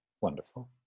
wonderful